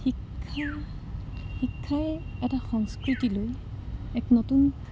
শিক্ষা শিক্ষাই এটা সংস্কৃতিলৈ এক নতুন